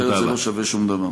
אחרת זה לא שווה שום דבר.